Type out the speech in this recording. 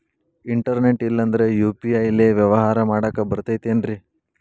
Internet ಇಲ್ಲಂದ್ರ UPI ಲೇ ವ್ಯವಹಾರ ಮಾಡಾಕ ಬರತೈತೇನ್ರೇ?